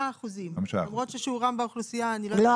5%. למרות ששיעורם באוכלוסייה הוא --- כ-20%.